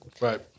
Right